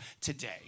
today